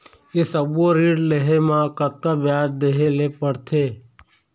ये सब्बो ऋण लहे मा कतका ब्याज देहें ले पड़ते?